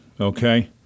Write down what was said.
okay